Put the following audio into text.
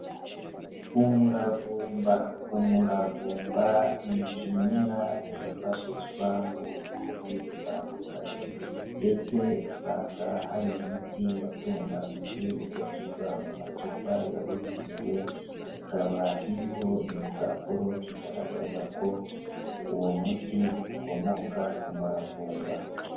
Umuravumba, umuravumba ni ikimera cyifashishwa mu buvuzi butandukanye ndetse usanga hari imiti yatunganijwe igashyirwa mu macupa yabugenewe ikaba iriho igipapuro kigaragaza ko uwo muti ukomoka ku muravumba.